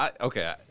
okay